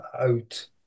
out